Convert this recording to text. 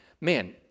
man